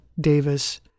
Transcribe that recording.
Davis